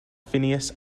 phineas